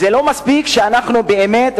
זה לא מספיק שאנחנו באמת,